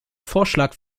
vorschlag